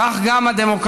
כך גם הדמוקרטיה